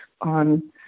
on